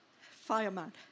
Fireman